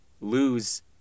lose